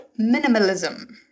Minimalism